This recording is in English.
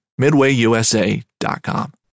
MidwayUSA.com